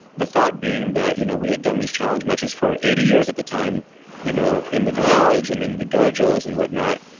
the thought being that you know we had done these challenge matches for eighty years at the time you know in the garage and in the dojos and whatnot,